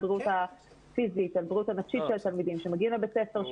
הבריאות הנפשית והבריאות הפיזית של התלמידים שמגיעים לבית הספר,